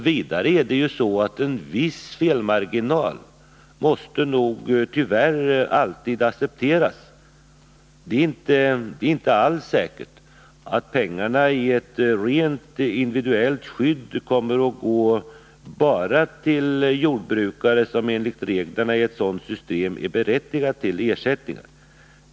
Vidare måste nog tyvärr en viss felmarginal alltid accepteras. Det är inte helt säkert att pengarna vid ett rent individuellt skydd kommer att gå bara till jordbrukare som enligt reglerna i ett sådant system är berättigade till ersättning.